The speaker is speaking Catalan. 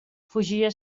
fugia